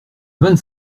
vingt